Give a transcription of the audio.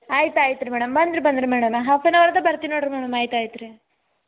ಆಯ್ತು ಆಯ್ತು ರೀ ಮೇಡಮ್ ಬಂದ್ರು ಬಂದ್ರು ಮೇಡಮ್ ನಾನು ಹಾಫ್ ಆನ್ ಹವರ್ದಾಗ್ ಬರ್ತೀನಿ ನೋಡಿರಿ ಮೇಡಮ್ ಆಯ್ತು ಆಯ್ತು ರೀ